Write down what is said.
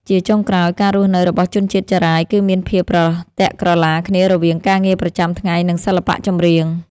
ជាចុងក្រោយ ការរស់នៅរបស់ជនជាតិចារាយគឺមានភាពប្រទាក់ក្រឡាគ្នារវាងការងារប្រចាំថ្ងៃ និងសិល្បៈចម្រៀង។